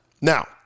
now